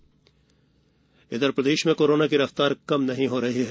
प्रदेश corona प्रदेश में corona की रफ्तार कम नहीं हो रही है